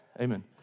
amen